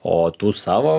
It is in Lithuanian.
o tų savo